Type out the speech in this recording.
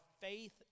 faith